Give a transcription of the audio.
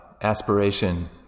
aspiration